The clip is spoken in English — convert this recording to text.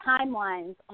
timelines